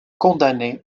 condamné